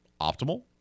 optimal